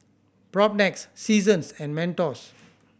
Propnex Seasons and Mentos